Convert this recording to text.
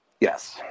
Yes